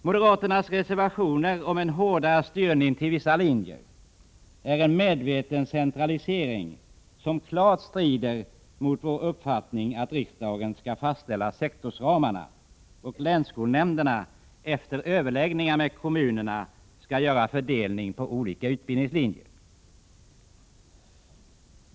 Moderaternas reservationer om en hårdare styrning till vissa linjer är en medveten centralisering, som klart strider mot vår uppfattning att riksdagen skall fastställa sektorsramarna, medan länsskolnämnderna, efter överläggningar med kommunerna, skall göra en fördelning på olika utbildningslinjer.